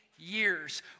years